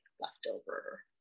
leftover